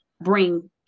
bring